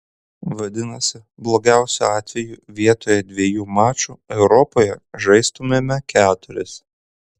vadinasi blogiausiu atveju vietoje dviejų mačų europoje žaistumėme keturis